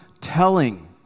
telling